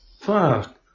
fuck